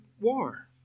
war